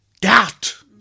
Doubt